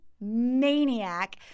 maniac